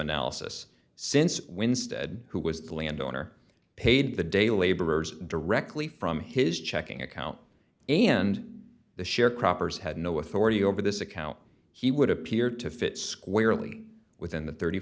analysis since winstead who was the landowner paid the day laborers directly from his checking account and the sharecroppers had no authority over this account he would appear to fit squarely within the thirty